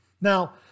Now